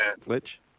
Fletch